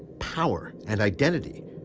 power and identity,